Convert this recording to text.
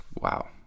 wow